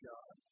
God